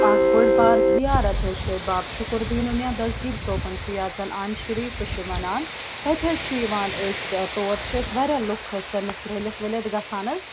اَکھ بٔڑ بار زِیارت حظ چھِ بَب شُکُر دیٖنُن یا دسگیٖر صٲبُن چھُ یَتھ زَن عامہِ شریٖف تہٕ چھِ وَنان تَتہِ حظ چھِ یِوان أسۍ تور چھِ أسۍ واریاہ لُکھ حظ سٔمِتھ رٔلِتھ ؤلِتھ گَژھان حظ